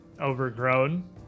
overgrown